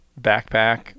backpack